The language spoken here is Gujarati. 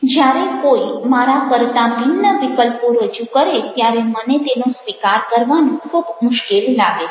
જ્યારે કોઈ મારા કરતાં ભિન્ન વિકલ્પો રજૂ કરે ત્યારે મને તેનો સ્વીકાર કરવાનું ખૂબ મુશ્કેલ લાગે છે